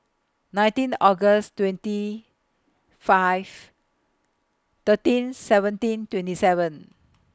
nineteen August twenty five thirteen seventeen twenty seven